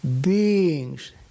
beings